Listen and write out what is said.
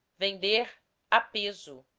vender a peso,